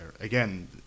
Again